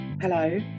Hello